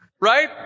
right